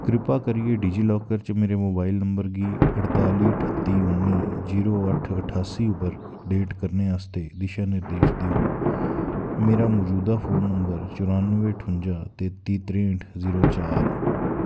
कृपा करियै डिजिलॉकर च मेरे मोबाइल नंबर गी अड़ताली ठत्ती उ'न्नी जीरो अट्ठ ठास्सी उप्पर अपडेट करने आस्तै दिशानिर्देश देओ मेरा मजूदा फोन नंबर चरानुऐ ठुंजा तेत्ती त्रेंह्ठ जीरो चार ऐ